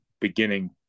beginning